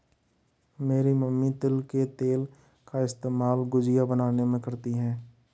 मेरी मम्मी तिल के तेल का इस्तेमाल गुजिया बनाने में करती है